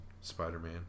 Spider-Man